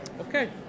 okay